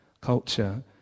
culture